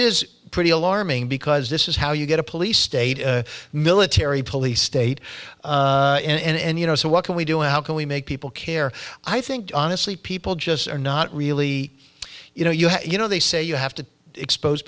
is pretty alarming because this is how you get a police state military police state and you know so what can we do and how can we make people care i think honestly people just are not really you know you have you know they say you have to expose